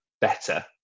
better